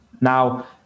Now